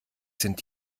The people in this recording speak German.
sind